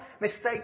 mistake